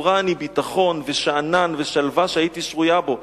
זכורה אני ביטחון ושאנן ושלווה שהייתי שרויה בו,